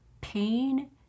pain